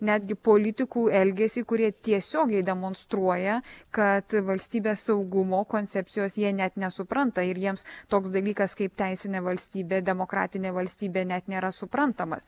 netgi politikų elgesį kurie tiesiogiai demonstruoja kad valstybės saugumo koncepcijos jie net nesupranta ir jiems toks dalykas kaip teisinė valstybė demokratinė valstybė net nėra suprantamas